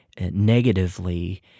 negatively